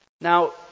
Now